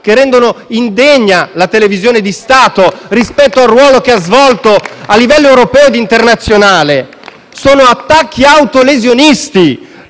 che rendono indegna la televisione di Stato rispetto al ruolo che ha svolto a livello europeo e internazionale *(Applausi dal Gruppo PD)*.